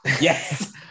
Yes